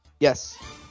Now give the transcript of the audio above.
Yes